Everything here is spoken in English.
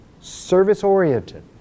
service-oriented